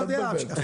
אני יודע.